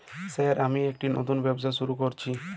Sir আমি একটি নতুন ব্যবসা শুরু করেছি?